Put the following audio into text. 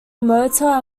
mortar